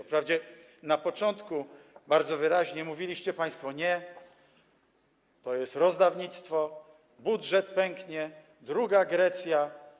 Wprawdzie na początku bardzo wyraźnie mówiliście państwo: nie, to jest rozdawnictwo, budżet pęknie, druga Grecja.